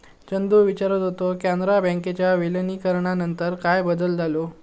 चंदू विचारत होतो, कॅनरा बँकेच्या विलीनीकरणानंतर काय बदल झालो?